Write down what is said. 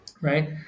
right